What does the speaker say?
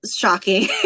shocking